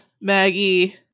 Maggie